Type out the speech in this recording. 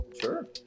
Sure